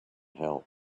help